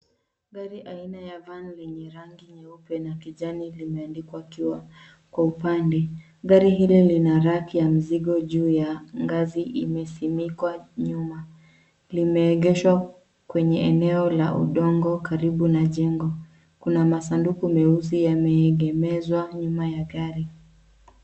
Gari aina ya van lenye rangi nyeupe na kijani limeandikwa cure kwa upande. Gari hili lina raki ya mzigo juu ya ngazi imesimikwa nyuma. Limeegeshwa kwenye eneo la udongo karibu na jengo. Kuna masanduku meusi yameegemezwa nyuma ya gari.